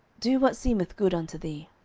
do what seemeth good unto thee.